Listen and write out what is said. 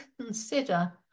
consider